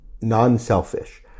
non-selfish